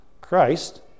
Christ